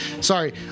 Sorry